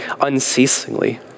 unceasingly